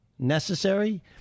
Necessary